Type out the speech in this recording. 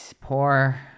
Poor